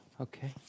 Okay